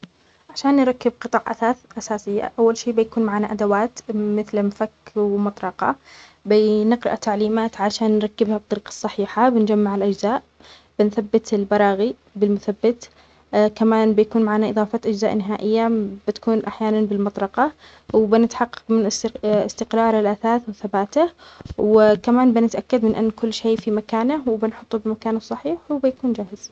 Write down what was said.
لكي نركب قطع أثاث أساسية أولاً يكون معنا أدوات مثل مفك ومطرقة نقرأ تعليمات لكي نركبها بطريقة صحيحة نجمع الأجزاء نثبت البراغي بالمثبت يكون معنا أيظاً إظافة الأجزاء النهائية يكون أحياناً بالمطرقة نتحقق من استقرار الأثاث وثباته ونتأكد من أن كل شيء في مكانه ونظعه في مكانه الصحيح ويكون جاهز.